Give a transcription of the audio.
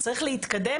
צריך להתקדם,